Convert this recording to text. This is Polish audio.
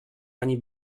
ani